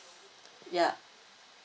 ya